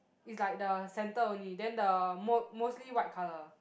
it's like the center only then the mo~ mostly white colour